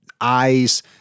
eyes